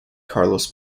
carlos